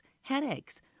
headaches